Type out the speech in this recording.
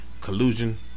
collusion